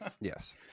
Yes